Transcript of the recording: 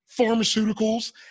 pharmaceuticals